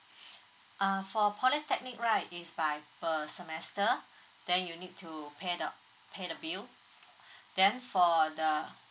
uh for polytechnic right is by per semester then you'll need to pay the pay the bill then for the